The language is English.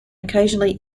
occasionally